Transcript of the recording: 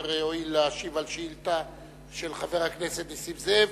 אשר הואיל להשיב על שאילתא של חבר הכנסת נסים זאב.